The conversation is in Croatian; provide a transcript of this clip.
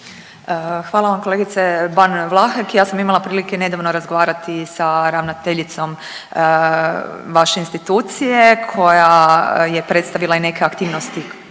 Hvala vam kolegice Ban Vlahek. Ja sam imala prilike nedavno razgovarati sa ravnateljicom vaše institucije koja je predstavila i neke aktivnosti